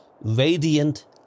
radiant